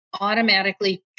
automatically